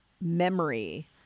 memory